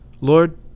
Lord